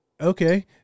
Okay